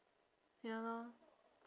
ya lor